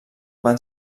van